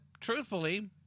truthfully